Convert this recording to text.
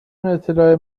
اطلاع